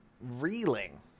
reeling